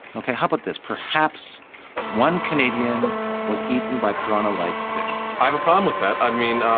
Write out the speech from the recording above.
okay. how about this? perhaps one canadian was eaten by parana like fish. i have a problem with that. i mean,